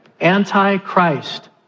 Antichrist